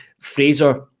Fraser